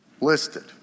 listed